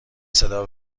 صدا